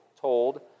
told